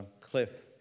Cliff